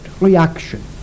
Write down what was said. reaction